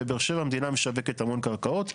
בבאר שבע המדינה משווקת המון קרקעות.